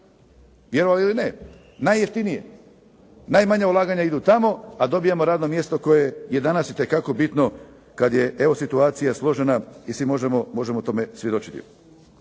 vjerovali ili ne, najjeftinije, najmanje ulaganja idu tamo, a dobijemo radno mjesto koje je danas itekako bitno kad je evo situacija složena i svi možemo o tome svjedočiti.